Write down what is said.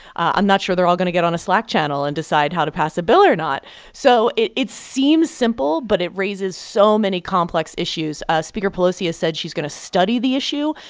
i'm not sure they're all going to get on a slack channel and decide how to pass a bill or not so it it seems simple, but it raises so many complex issues. ah speaker pelosi has said she's going to study the issue,